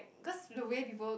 cause the way people